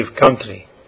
country